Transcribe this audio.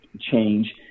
change